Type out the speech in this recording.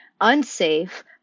unsafe